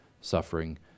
suffering